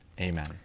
amen